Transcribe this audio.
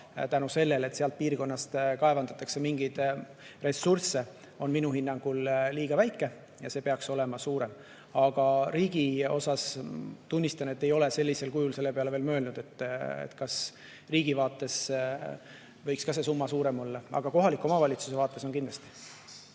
saab seetõttu, et seal kaevandatakse mingeid ressursse, on minu hinnangul liiga väikesed ja peaksid olema suuremad. Aga riigi osas tunnistan, et ei ole sellisel kujul selle peale veel mõelnud, kas ka riigi vaates võiks see summa suurem olla. Aga kohaliku omavalitsuse vaates on kindlasti